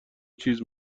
چیز